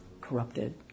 corrupted